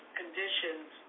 conditions